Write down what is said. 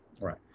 Right